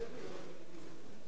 בבקשה.